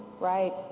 right